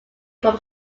from